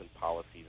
policies